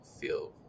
feel